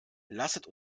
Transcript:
lasset